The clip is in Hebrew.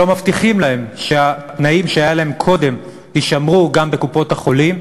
לא מבטיחים להם שהתנאים שהיו להם קודם יישמרו גם בקופות-החולים.